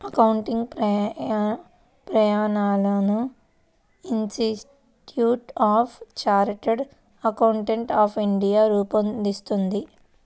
accounting ప్రమాణాలను institute of chartered accountants of India రూపొందిస్తుంది